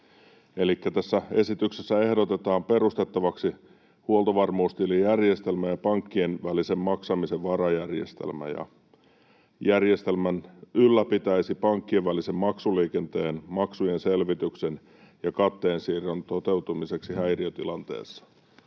tässä esityksessä ehdotetaan perustettavaksi huoltovarmuustilijärjestelmä ja pankkien välisen maksamisen varajärjestelmä. Järjestelmä ylläpitäisi pankkien välisen maksuliikenteen, maksujen selvityksen ja katteensiirron toteutumisen häiriötilanteessa.